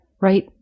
right